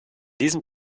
diesem